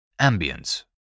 Ambience